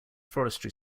forestry